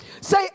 Say